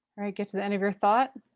get to the end of your thought.